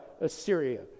Assyria